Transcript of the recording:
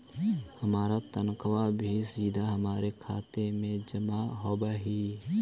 हमार तनख्वा भी सीधा हमारे खाते में जमा होवअ हई